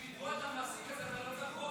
בשביל לתבוע את המעסיק הזה אתה לא צריך חוק,